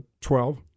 Twelve